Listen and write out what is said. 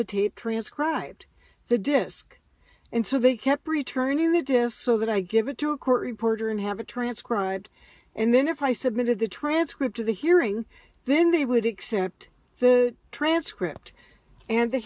the tape transcribed the disc and so they kept returning it to so that i give it to a court reporter and have a transcribed and then if i submitted the transcript of the hearing then they would accept the transcript and the